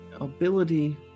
ability